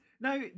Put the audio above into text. Now